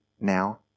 now